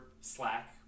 slack